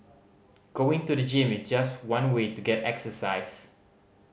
going to the gym is just one way to get exercise